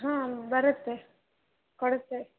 ಹಾಂ ಬರುತ್ತೆ ಕೊಡಿಸ್ತೇವೆ